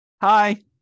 Hi